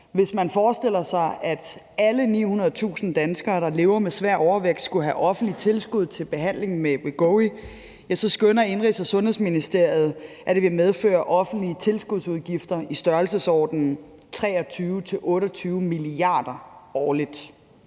Hvis man forestiller sig, at alle 900.000 danskere, der lever med svær overvægt, skulle have offentligt tilskud til behandling med Wegovy, skønner Indenrigs- og Sundhedsministeriet, at det vil medføre offentlige tilskudsudgifter i størrelsesordenen 23-28 mia. kr. årligt.